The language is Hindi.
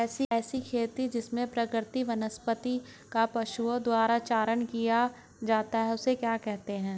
ऐसी खेती जिसमें प्राकृतिक वनस्पति का पशुओं द्वारा चारण किया जाता है उसे क्या कहते हैं?